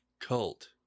cult